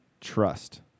trust